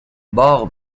باغ